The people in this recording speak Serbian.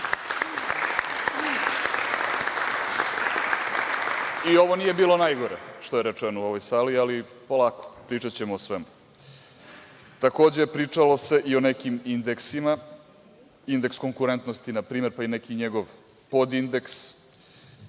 i ovo nije bilo najgore što je rečeno u ovoj sali, ali polako, pričaćemo o svemu. Takođe, pričalo se i o nekim indeksima. Indeks konkurentnosti, na primer, pa i neki njegov podindeks,